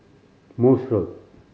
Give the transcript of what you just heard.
Morse Road